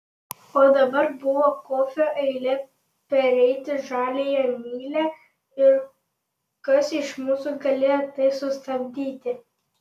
o dabar buvo kofio eilė pereiti žaliąja mylia ir kas iš mūsų galėjo tai sustabdyti